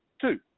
Two